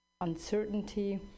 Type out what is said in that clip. uncertainty